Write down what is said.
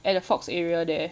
at a fox area there